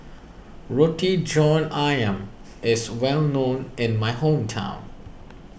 Roti John Ayam is well known in my hometown